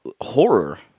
horror